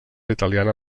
italiana